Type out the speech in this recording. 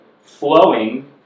flowing